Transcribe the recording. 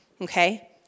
okay